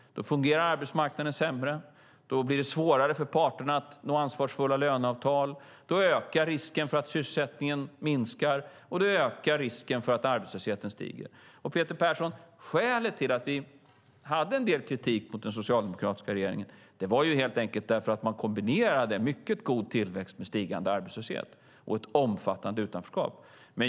Då fungerar arbetsmarknaden sämre, då blir det svårare för parterna att nå ansvarsfulla löneavtal, då ökar risken för att sysselsättningen minskar, och då ökar risken för att arbetslösheten stiger. Peter Persson, skälet till att vi hade en del kritik mot den socialdemokratiska regeringen var helt enkelt att den kombinerade mycket god tillväxt med stigande arbetslöshet och ett omfattande utanförskap.